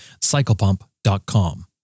CyclePump.com